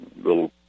little